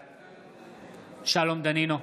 בעד שלום דנינו,